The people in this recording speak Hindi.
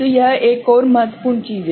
तो यह एक और महत्वपूर्ण चीज है